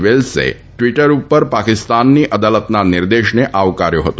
વેલ્સે Twitter ઉપર પાકિસ્તાનની અદાલતના નિર્દેશને આવકાર્યો હતો